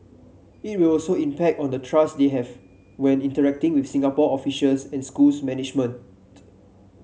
it will also impact on the trust they have when interacting with Singapore officials and schools management